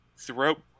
Throughout